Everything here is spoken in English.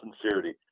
sincerity